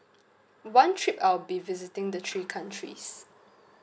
one trip I'll be visiting the three countries